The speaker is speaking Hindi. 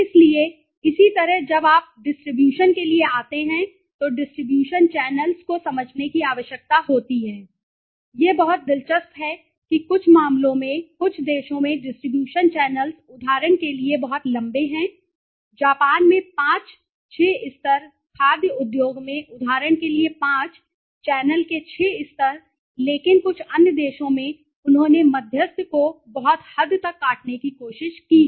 इसलिए इसी तरह जब आप डिस्ट्रीब्यूशन के लिए आते हैं तो डिस्ट्रीब्यूशन चैनल्स को समझने की आवश्यकता होती है यह बहुत दिलचस्प है कि कुछ मामलों में कुछ देशों में डिस्ट्रीब्यूशन चैनल्स उदाहरण के लिए बहुत लंबे हैं जापान में 5 6 स्तर खाद्य उद्योग में उदाहरण के लिए 5 चैनल के 6 स्तर लेकिन कुछ अन्य देशों में उन्होंने मध्यस्थ को बहुत हद तक काटने की कोशिश की है